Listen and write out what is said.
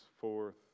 forth